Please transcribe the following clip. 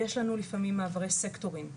כי יש לנו לפעמים מעברי סקטורים,